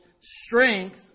strength